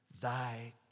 Thy